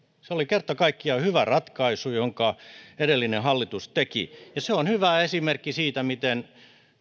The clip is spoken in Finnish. se oli kerta kaikkiaan hyvä ratkaisu jonka edellinen hallitus teki ja se on hyvä esimerkki siitä miten